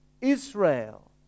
Israel